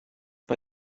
bei